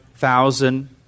thousand